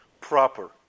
proper